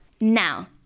Now